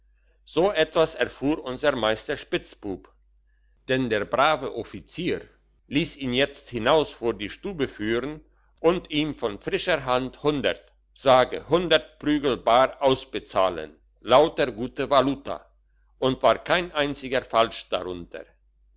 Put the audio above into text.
so etwas erfuhr unser meister spitzbub denn der brave offizier liess ihn jetzt hinaus vor die stube führen und ihm von frischer hand sage hundert prügel bar ausbezahlen lauter gute valuta und war kein einziger falsch darunter